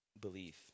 belief